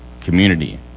community